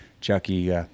Chucky